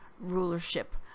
rulership